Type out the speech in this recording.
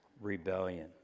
rebellion